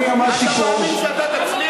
אתה מאמין שאתה תצליח?